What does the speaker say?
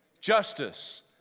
Justice